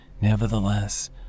nevertheless